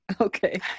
Okay